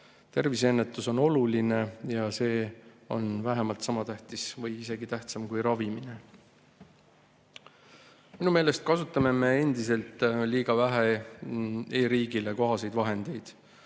toetama. Terviseennetus on oluline ja see on vähemalt sama tähtis või isegi tähtsam kui ravimine. Minu meelest kasutame me endiselt liiga vähe e-riigile kohaseid vahendeid.